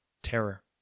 Terror